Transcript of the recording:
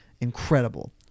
incredible